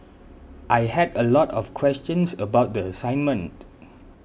I had a lot of questions about the assignment